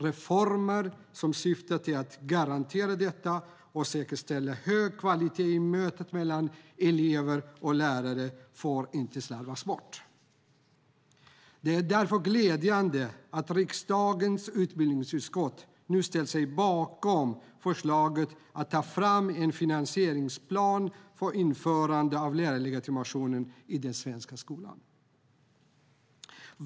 Reformer som syftar till att garantera detta och säkerställer hög kvalitet i mötet mellan elever och lärare får inte slarvas bort. Det är därför glädjande att riksdagens utbildningsutskott nu ställt sig bakom förslaget att ta fram en finansieringsplan för införandet av lärarlegitimationen i den svenska skolan.